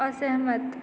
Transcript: असहमत